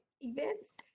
events